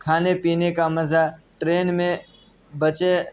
کھانے پینے کا مزہ ٹرین میں بچے